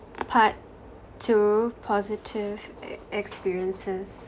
part two positive experiences